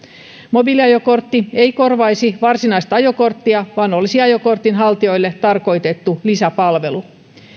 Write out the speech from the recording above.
mobiiliajokortti ei korvaisi varsinaista ajokorttia vaan olisi ajokortin haltijoille tarkoitettu lisäpalvelu